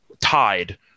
tied